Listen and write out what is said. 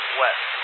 west